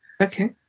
Okay